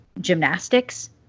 gymnastics